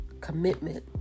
commitment